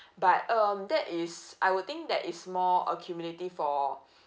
but um that is I would think that is more accumulative for